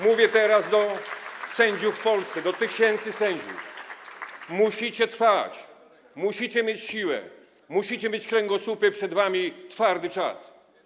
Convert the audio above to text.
Mówię teraz do sędziów w Polsce, do tysięcy sędziów: Musicie trwać, musicie mieć siłę, musicie mieć kręgosłupy, przed wami twardy czas.